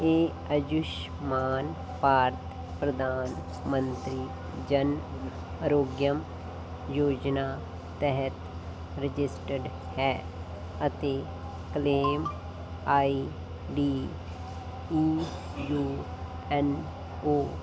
ਇਹ ਆਯੁਸ਼ਮਾਨ ਭਾਰਤ ਪ੍ਰਧਾਨ ਮੰਤਰੀ ਜਨ ਆਰੋਗਯ ਯੋਜਨਾ ਤਹਿਤ ਰਜਿਸਟਰਡ ਹੈ ਅਤੇ claim I D E U N O